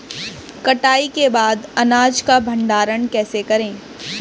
कटाई के बाद अनाज का भंडारण कैसे करें?